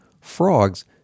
frogs